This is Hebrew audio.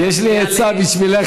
יש לי עצה בשבילך,